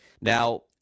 Now